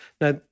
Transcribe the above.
Now